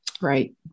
Right